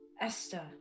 Esther